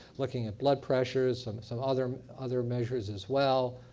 looking at blood pressures and some other other measures as well.